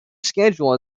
schedule